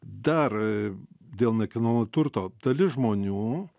dar dėl nekilnojamo turto dalis žmonių